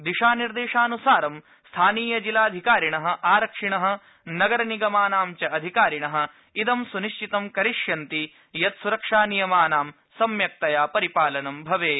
दिशानिर्देशान्सारं स्थानीयजिलाधिकारिण आरक्षिण नगरनिगमाणां च अधिकारिण इदं सुनिश्चितं करिष्यन्ति यत् सुरक्षानियमानां सम्यक्तया परिपालनं भवेत्